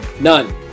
None